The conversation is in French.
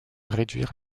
réduire